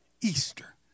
Easter